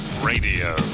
Radio